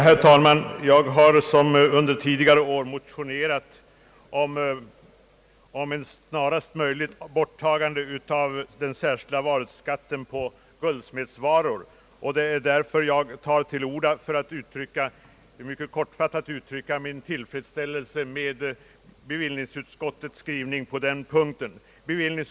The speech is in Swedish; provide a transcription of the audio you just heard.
Herr talman! Jag har i år liksom tidigare år motionerat om ett snarast möjligt slopande av den särskilda varuskatten på guldsmedsvaror. Jag vill nu mycket kortfattat uttrycka min tillfredsställelse över bevillningsutskottets utlåtande på denna punkt.